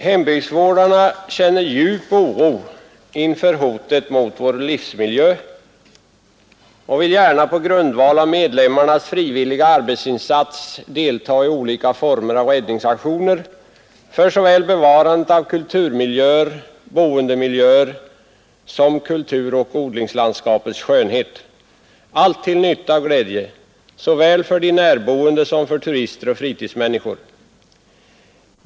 Hembygdsvårdarna känner djup oro inför hotet mot vår livsmiljö och vill gärna på grundval av medlemmarnas frivilliga arbetsinsats delta i olika former av räddningsaktioner för bevarande av såväl kulturmiljöer och boendemiljöer som kulturoch odlingslandskapets skönhet, allt till nytta och glädje både för den närboende och för turister och fritidsmänniskor.